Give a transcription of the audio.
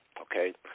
okay